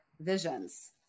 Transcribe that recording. visions